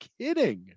kidding